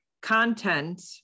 content